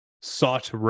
Sought